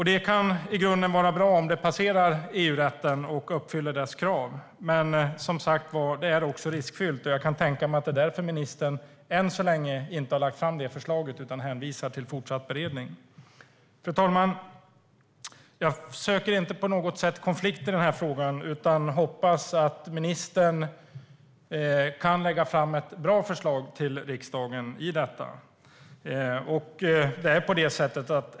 Det kan vara bra om det passerar EU-rätten och uppfyller rättens krav, men det är också riskfyllt. Jag kan tänka mig att det är därför ministern ännu inte har lagt fram förslaget utan hänvisar till fortsatt beredning. Fru talman! Jag söker inte på något sätt konflikt i denna fråga utan hoppas att ministern kan lägga fram ett bra förslag till riksdagen.